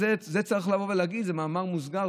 צריך לבוא ולהגיד במאמר מוסגר,